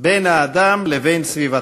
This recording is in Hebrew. האדם לבין סביבתו.